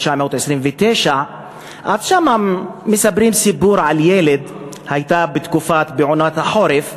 1929. שם מספרים סיפור על ילד, הייתה עונת החורף,